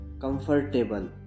comfortable